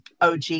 og